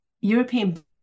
European